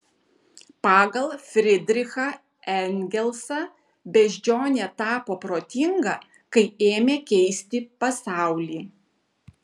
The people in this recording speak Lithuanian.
pagal fridrichą engelsą beždžionė tapo protinga kai ėmė keisti pasaulį